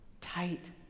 tight